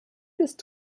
ist